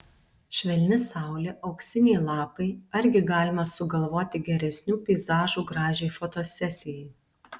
švelni saulė auksiniai lapai argi galima sugalvoti geresnių peizažų gražiai fotosesijai